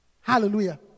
Hallelujah